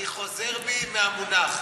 אני חוזר בי מהמונח.